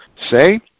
say